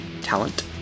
talent